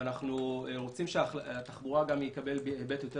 ואנחנו רוצים שהתחבורה תקבל היבט יותר